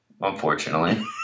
Unfortunately